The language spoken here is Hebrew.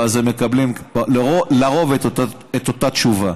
ואז הם מקבלים לרוב את אותה תשובה.